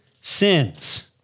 sins